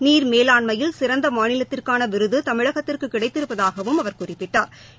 நீர் மேலாண்மையில் சிறந்த மாநிலத்திற்கான விருது தமிழகத்திற்கு கிடைத்திருப்பதாகவும் அவர் குறிப்பிட்டா்